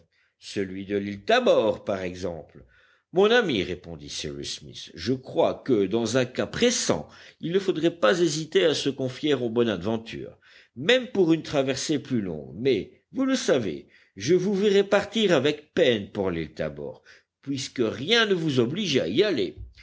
celui de l'île tabor par exemple mon ami répondit cyrus smith je crois que dans un cas pressant il ne faudrait pas hésiter à se confier au bonadventure même pour une traversée plus longue mais vous le savez je vous verrais partir avec peine pour l'île tabor puisque rien ne vous oblige à y aller